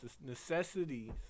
necessities